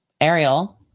Ariel